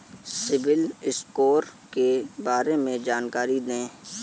CIBIL score के बारे में जानकारी दें?